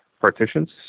partitions